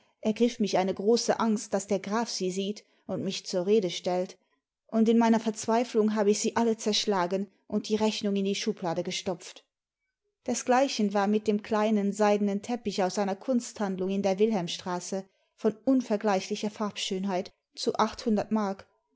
ergriff mich eine große angst daß der graf sie sieht und mich zur rede stellt und in meiner verzweiflung habe ich sie alle zerschlagen mid die rechnung in die schublade gestopft desgleichen war mit einem kleinen seidenen teppich aus einer kunsthandlung in der wilhelmstraße von unvergleichlicher farbenschönheit zu achthundert mark